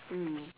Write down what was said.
mm